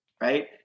right